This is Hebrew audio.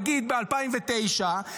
נגיד ב-2009,